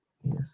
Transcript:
Yes